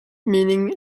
meaning